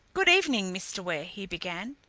good evening, mr. ware! he began.